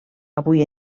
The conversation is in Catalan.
avui